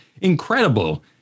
incredible